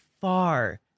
far